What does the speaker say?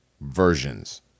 versions